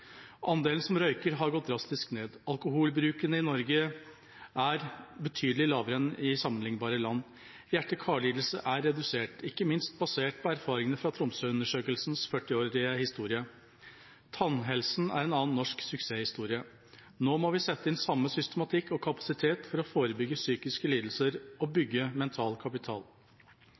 Andelen som røyker, har gått drastisk ned. Alkoholbruken i Norge er betydelig lavere enn i sammenliknbare land. Hjerte- og karlidelser er redusert, ikke minst basert på erfaringene fra Tromsøundersøkelsens 40-årige historie. Tannhelse er en annen norsk suksesshistorie. Nå må vi sette inn samme systematikk og kapasitet for å forebygge psykiske lidelser og